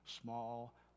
small